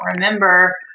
remember